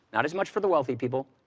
not as much for the wealthy people,